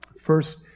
First